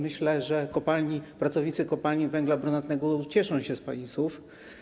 Myślę, że pracownicy kopalni węgla brunatnego ucieszą się z pani słów.